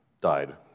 died